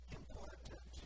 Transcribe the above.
important